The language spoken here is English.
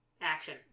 action